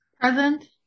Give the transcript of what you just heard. Present